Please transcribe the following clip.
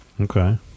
Okay